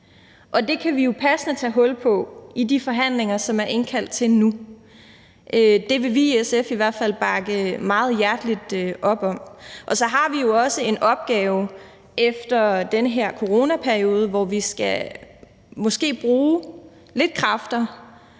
Og det kan vi jo passende tage hul på i de forhandlinger, som der er indkaldt til nu. Det vil vi i SF i hvert fald bakke meget hjerteligt op om. Så har vi jo også en opgave efter den her coronaperiode, hvor vi måske skal bruge lidt kræfter